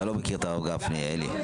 אתה לא מכיר את הרב גפני, אלי.